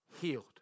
healed